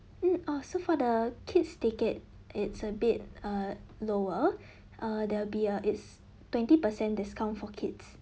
mm uh so for the kids ticket it's a bit err lower err they'll be a it's twenty percent discount for kids